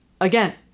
Again